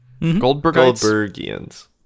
Goldbergians